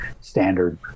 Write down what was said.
standard